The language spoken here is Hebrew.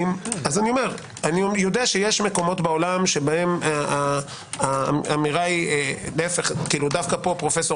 אני יודע שיש מקומות בעולם שבהם האמירה דווקא פה פרופ'